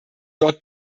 dort